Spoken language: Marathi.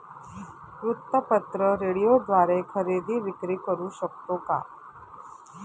वृत्तपत्र, रेडिओद्वारे खरेदी विक्री करु शकतो का?